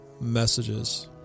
messages